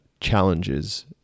challenges